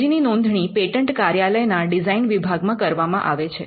અરજી ની નોંધણી પેટન્ટ કાર્યાલય ના ડિઝાઇન વિભાગમાં કરવામાં આવે છે